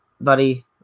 buddy